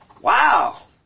Wow